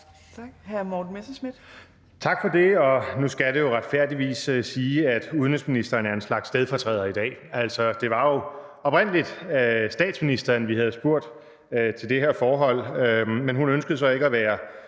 Tak for det. Nu skal det jo retfærdigvis siges, at udenrigsministeren er en slags stedfortræder i dag. Altså, det var jo oprindelig statsministeren, vi havde spurgt til det her forhold, men hun ønskede så ikke at være